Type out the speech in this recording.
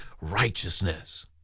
righteousness